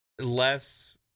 less